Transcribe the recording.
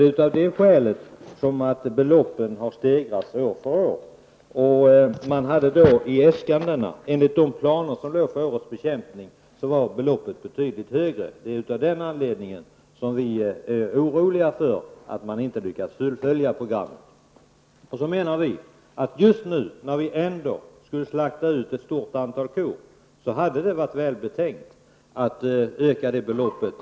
Det är också skälet till att de avsatta beloppen för bekämpning av sjukdomen har höjts år för år. I äskandena, som låg till grund för planerna för bekämpningen, låg beloppen betydligt högre. Vi är nu oroliga för att man inte skall lyckas fullfölja programmet. Just nu, när vi ändå hade tänkt slakta ett stort antal djur, hade det varit välbetänkt att öka beloppet.